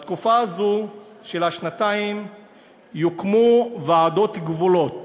בתקופה הזו של השנתיים יוקמו ועדות גבולות,